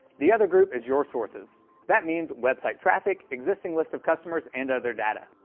the other group is your sources that means website traffic, existing lists of customers and other data.